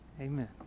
Amen